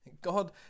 God